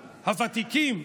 הוותיקים,